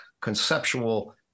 conceptual